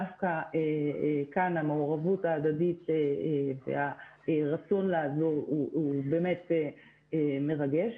דווקא כאן המעורבות ההדדית והרצון לעזור הוא באמת מרגש: